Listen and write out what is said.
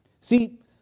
See